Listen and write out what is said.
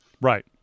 Right